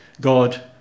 God